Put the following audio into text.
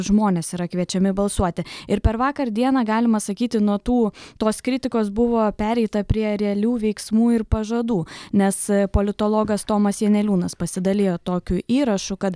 žmonės yra kviečiami balsuoti ir per vakar dieną galima sakyti nuo tų tos kritikos buvo pereita prie realių veiksmų ir pažadų nes politologas tomas janeliūnas pasidalijo tokiu įrašu kad